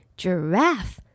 Giraffe